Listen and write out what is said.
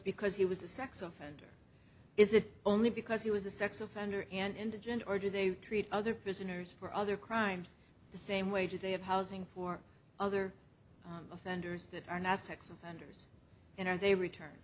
because he was a sex offender is it only because he was a sex offender and indigent or did they treat other prisoners for other crimes the same way today of housing for other offenders that are not sex offenders and are they returned